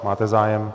Máte zájem?